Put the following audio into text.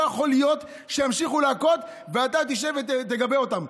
לא יכול להיות שימשיכו להכות ואתה תשב ותגבה אותם.